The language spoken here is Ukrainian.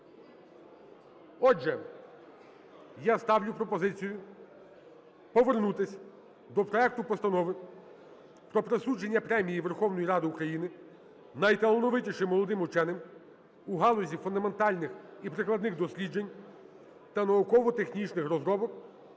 Отже, я ставлю пропозицію повернутися до проекту Постанови про присудження Премії Верховної Ради України найталановитішим молодим ученим у галузі фундаментальних і прикладних досліджень та науково-технічних розробок